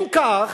אם כך,